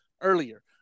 earlier